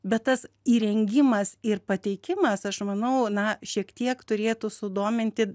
bet tas įrengimas ir pateikimas aš manau na šiek tiek turėtų sudominti